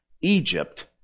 egypt